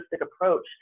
approach